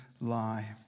lie